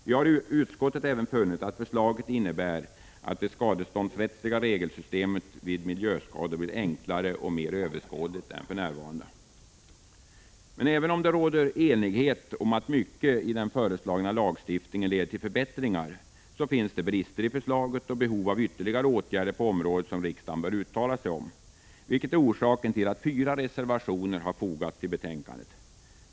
Vi har i utskottet även funnit att förslaget innebär att det skadeståndsrättsliga regelsystemet vid miljöskador blir enklare och mer överskådligt än för närvarande. Även om det råder enighet om att mycket i den föreslagna lagstiftningen leder till förbättringar, finns det brister i förslaget och behov av ytterligare åtgärder på området som riksdagen bör uttala sig om, vilket är orsaken till att fyra reservationer har fogats till betänkandet.